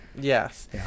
Yes